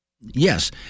yes